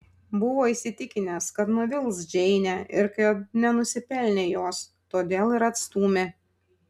buvo įsitikinęs kad nuvils džeinę ir kad nenusipelnė jos todėl ir atstūmė